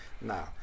now